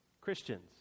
Christians